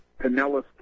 Pinellas